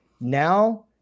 Now